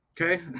Okay